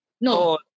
No